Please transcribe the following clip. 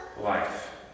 life